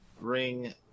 ring